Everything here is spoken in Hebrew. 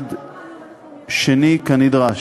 מצד שני, כנדרש.